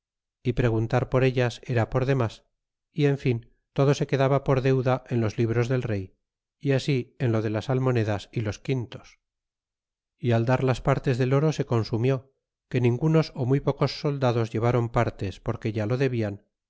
y preguntar por ellas era por demas y en fin todo se quedaba por deuda en los libros del rey así en lo de las almonedas y los quintos y al dar las partes del oro se consumió que ningunos ó muy pocos soldados ilevron partes porque ya lo debian